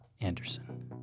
Anderson